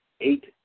eight